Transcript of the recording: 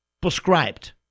prescribed